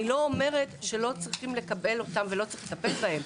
אני לא אומרת שלא צריך לקבל אותם או לטפל בהם.